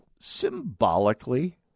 symbolically